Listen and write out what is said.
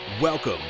Welcome